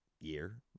year